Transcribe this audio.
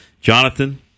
Jonathan